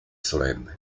solenne